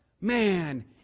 Man